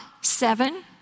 seven